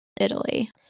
Italy